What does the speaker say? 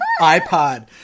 iPod